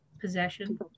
possession